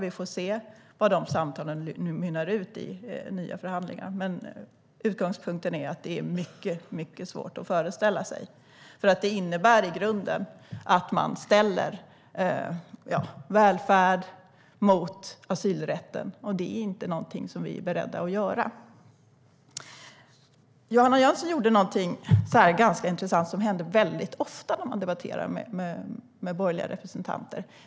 Vi får se vad de samtalen mynnar ut i, i nya förhandlingar. Men utgångspunkten är att det är mycket svårt att föreställa sig att vi kan ställa oss bakom något som i grunden innebär att man ställer välfärd mot asylrätt. Det är inte någonting som vi är beredda att göra. Johanna Jönsson gjorde något som är ganska intressant och som händer väldigt ofta när man debatterar med borgerliga representanter.